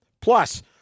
Plus